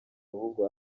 ahubwo